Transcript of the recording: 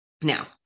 Now